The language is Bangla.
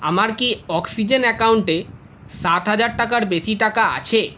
আমার কি অক্সিজেন অ্যাকাউন্টে সাত হাজার টাকার বেশি টাকা আছে